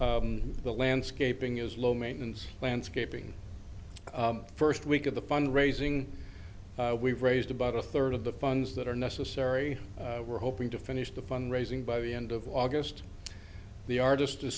cost the landscaping is low maintenance landscaping first week of the fund raising we've raised about a third of the funds that are necessary we're hoping to finish the fund raising by the end of august the artist